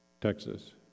Texas